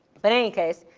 but any case,